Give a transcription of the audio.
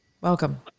Welcome